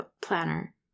planner